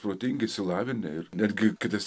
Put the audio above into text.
protingi išsilavinę ir netgi kitas